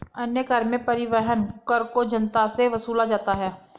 अन्य कर में परिवहन कर को जनता से वसूला जाता है